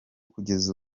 kugeza